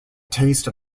taste